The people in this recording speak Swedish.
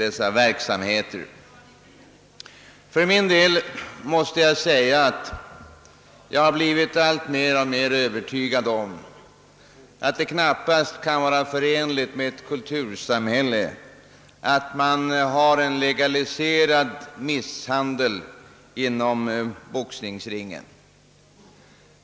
Jag måste för min del säga, att jag har blivit alltmer övertygad om att det knappast är förenligt med ett kultursamhälle att medge lega liserad misshandel inom boxningsringen.